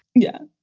yeah.